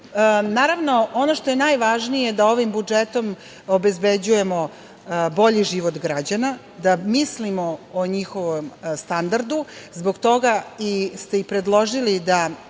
ono što je najvažnije jeste da ovim budžetom obezbeđujemo bolji život građana, da mislimo o njihovom standardu. Zbog toga ste i predložili da